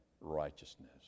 righteousness